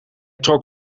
trok